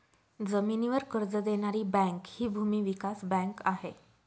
जमिनीवर कर्ज देणारी बँक हि भूमी विकास बँक आहे